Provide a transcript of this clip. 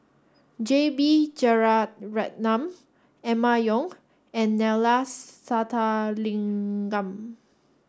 J B Jeyaretnam Emma Yong and Neila Sathyalingam